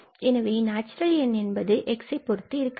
எனவே நேச்சுரல் எண் N என்பது x பொருத்து இருக்க வில்லை